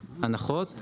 בהנחות,